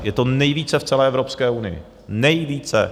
Je to nejvíce v celé Evropské unii, nejvíce.